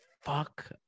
fuck